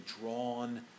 drawn